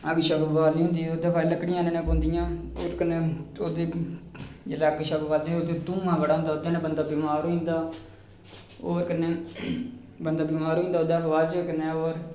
अग्ग बालनी होंदी ही लकड़ियां आह्नना पौंदियां हियां ते कन्नै अग्ग बलदी ते धूआं बड़ा होंदा हा ते ओह्दे कन्नै बंदा बंमार होई जंदा हा ते होर बंदा बमार होई जंदा ते ओह्दे कशा बाद